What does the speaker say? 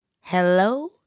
Hello